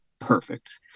perfect